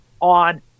on